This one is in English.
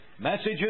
Messages